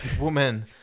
woman